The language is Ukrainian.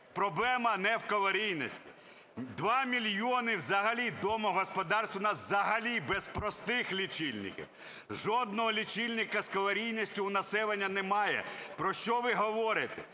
Проблема не в калорійності. Два мільйони взагалі домогосподарств у нас взагалі без простих лічильників, жодного лічильника з калорійністю у населення немає. Про що ви говорите?